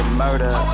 murder